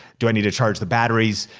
do i need to charge the batteries?